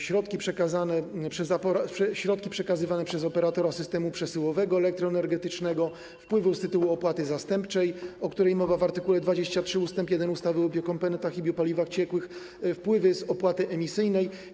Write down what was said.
środki przekazywane przez operatora systemu przesyłowego elektroenergetycznego, wpływy z tytułu opłaty zastępczej, o której mowa w art. 23 ust. 1 ustawy o biokomponentach i biopaliwach ciekłych, wpływy z opłaty emisyjnej.